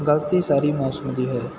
ਗਲਤੀ ਸਾਰੀ ਮੌਸਮ ਦੀ ਹੈ